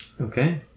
Okay